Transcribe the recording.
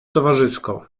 towarzysko